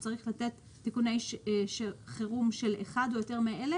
למעשה הוא צריך לתת תיקוני חירום של אחד או יותר מאלה?